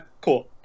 cool